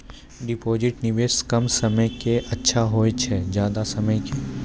Deposit निवेश कम समय के के अच्छा होय छै ज्यादा समय के?